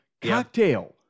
Cocktail